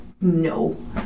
No